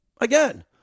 Again